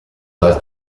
dal